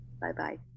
Bye-bye